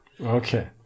Okay